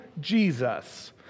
Jesus